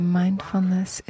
mindfulness